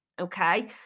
Okay